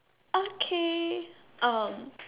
okay